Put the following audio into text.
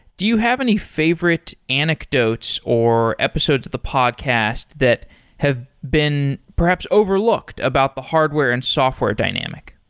do you have any favorite anecdotes, or episodes of the podcast that have been perhaps overlooked about the hardware and software dynamic?